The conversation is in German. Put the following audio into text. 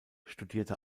studierte